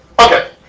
Okay